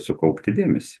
sukaupti dėmesį